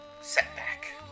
setback